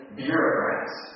bureaucrats